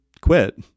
quit